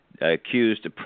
accused